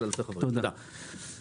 אם